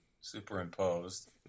Superimposed